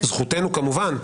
זכותנו כמובן,